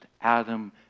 Adam